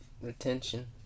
retention